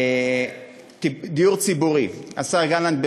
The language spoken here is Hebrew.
דיור ציבורי: השר גלנט,